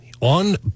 on